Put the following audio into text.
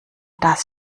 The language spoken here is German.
das